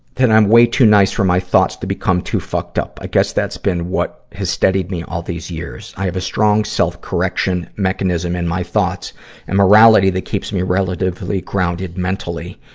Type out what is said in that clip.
that i'm way too nice for my thoughts to become too fucked up. i guess that's been what has steadied me all these years. i have a strong, self-correction mechanism in and my thoughts and morality that keeps me relatively grounded mentally.